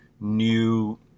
new